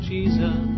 Jesus